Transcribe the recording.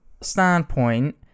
standpoint